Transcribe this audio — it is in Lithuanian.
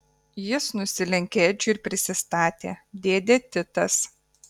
jis nusilenkė edžiui ir prisistatė dėdė titas